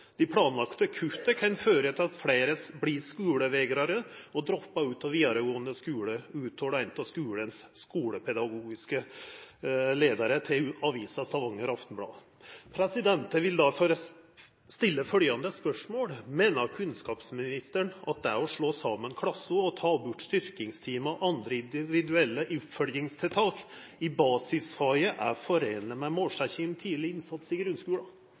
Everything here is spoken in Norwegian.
Dei planlagde kutta kan føra til at ein får fleire som har skulevegring og droppar ut av vidaregåande skule. Det uttalar ein skulepedagogisk leiar til avisa Stavanger Aftenblad. Eg vil då få stilla følgjande spørsmål: Meiner kunnskapsministeren at det å slå saman klassar og ta bort styrkingstimar og andre individuelle oppfølgingstiltak i basisfaget samsvarar med målsettinga om tidleg innsats i